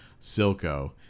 Silco